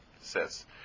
says